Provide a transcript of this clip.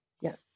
Yes